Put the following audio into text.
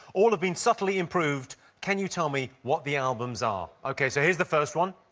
all have been subtly improved. can you tell me what the albums are? ok, so here's the first one.